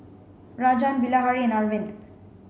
Rajan Bilahari and Arvind